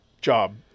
job